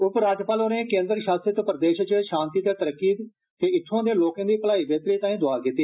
उपराज्यपाल होरें केन्द्र शासित प्रदेश च शांति ते तरक्की ते इत्थुआं दे लोकें दी भलाई बेहतरी तांई द्आ कीती